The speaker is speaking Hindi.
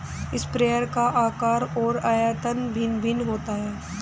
स्प्रेयर का आकार और आयतन भिन्न भिन्न होता है